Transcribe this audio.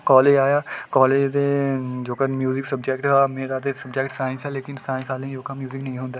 college आया ते college दा जेह्का म्युजिक सब्जैक्ट हा मेरा सब्जैक्ट हा साईंस ते साईंस आह्लें गी म्युजिक निं थ्होंदा